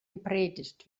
gepredigt